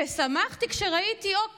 הודיתי ושמחתי כשראיתי: אוקיי,